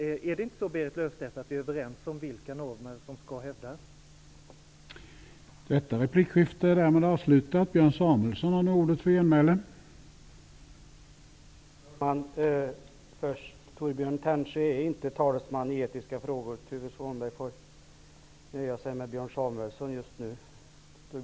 Är vi inte överens om vilka normer som skall hävdas, Berit